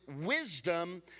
wisdom